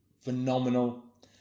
phenomenal